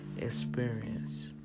experience